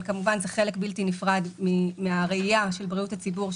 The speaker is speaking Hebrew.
אבל כמובן זה חלק בלתי נפרד מן הראייה של בריאות הציבור,